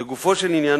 לגופו של עניין,